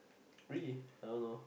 raelly I don't know